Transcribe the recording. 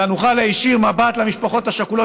אלא נוכל להישיר מבט אל המשפחות השכולות